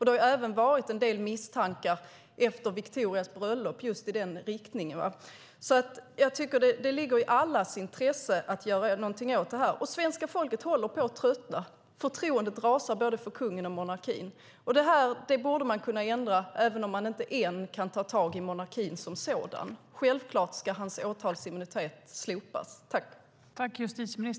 Det har även varit en del misstankar i den riktningen efter Victorias bröllop. Jag tycker därför att det ligger i allas intresse att göra någonting åt detta. Svenska folket håller på att tröttna. Förtroendet rasar både för kungen och för monarkin. Det här borde man kunna ändra, även om man ännu inte kan ta tag i monarkin som sådan. Självklart ska kungens åtalsimmunitet slopas.